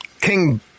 King